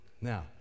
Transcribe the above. Now